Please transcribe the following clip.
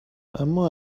اما